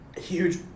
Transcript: Huge